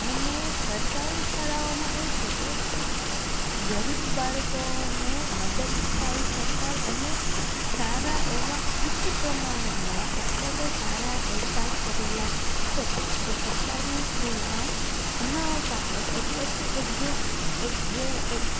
અને સરકારી શાળાઓમાં એ છે કે ગરીબ બાળકોને મદદ થાય સરકાર અને સારા એવા ઉચ્ચ પ્રમાણમાં એટલે કે સારા ટેટ ટાટ કરેલાં શિક્ષકો એ સરકારી સ્કૂલમાં ભણાવતા હોય એટલે કે એક જે એક જે એક